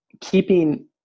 keeping